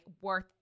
worth